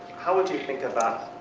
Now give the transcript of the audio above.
how would you think about,